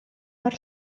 mor